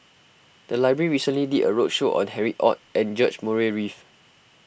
the library recently did a roadshow on Harry Ord and George Murray Reith